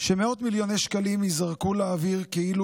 שמאות מיליוני שקלים ייזרקו לאוויר כאילו